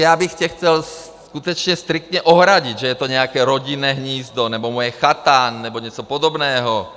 Já bych se chtěl skutečně striktně ohradit, že je to nějaké rodinné hnízdo nebo moje chata nebo něco podobného.